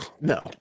No